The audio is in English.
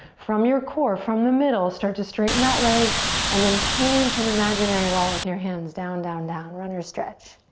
from your core, from the middle start to straighten that leg and then paint an imaginary wall with your hands. down, down, down. runners stretch.